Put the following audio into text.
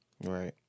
Right